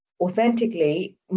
authentically